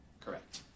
Correct